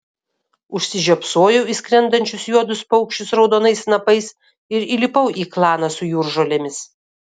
užsižiopsojau į skrendančius juodus paukščius raudonais snapais ir įlipau į klaną su jūržolėmis